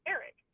Eric